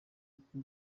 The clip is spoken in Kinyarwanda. uko